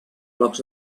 blocs